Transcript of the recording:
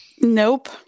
Nope